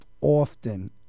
often